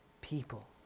people